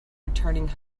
returning